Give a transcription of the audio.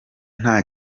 nta